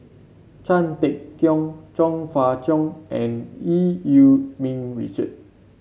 Chan Sek Keong Chong Fah Cheong and Eu Yee Ming Richard